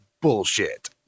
bullshit